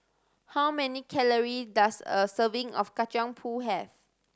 how many calories does a serving of Kacang Pool have